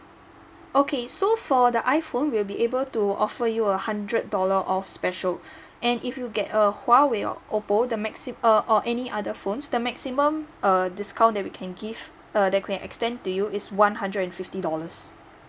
okay so for the iphone we will be able to offer you a hundred dollar off special and if you get a huawei or oppo the maxim~ uh or any other phones the maximum uh discount that we can give uh that we can extend to you is one hundred and fifty dollars